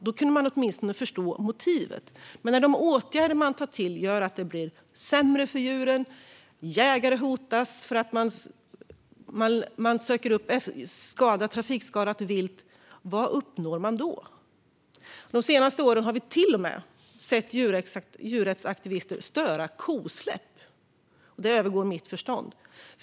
Då kunde man åtminstone förstå motivet. Men när de åtgärder aktivisterna vidtar gör att det blir sämre för djuren och att jägare hotas när de söker trafikskadat vilt; vad uppnår aktivisterna då? De senaste åren har vi till och med sett djurrättsaktivister störa kosläpp. Det övergår mitt förstånd.